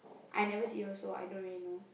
I never see her so I don't really know